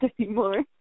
anymore